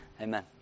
Amen